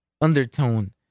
undertone